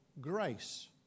grace